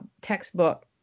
textbook